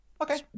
Okay